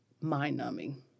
mind-numbing